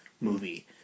movie